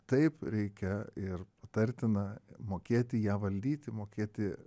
taip reikia ir patartina mokėti ją valdyti mokėti